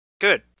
Good